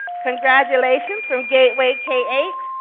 congratulations, from gateway k eight.